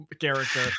character